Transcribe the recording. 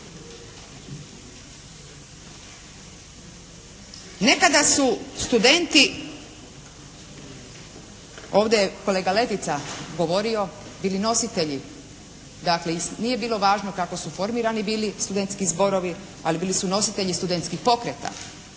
Nekada su studenti, ovdje je kolega Letica govorio bili nositelji. Dakle nije bilo važno kako su formirani bili studentski zborovi, ali bili su nositelji studentskih pokreta.